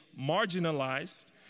marginalized